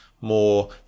more